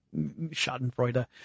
schadenfreude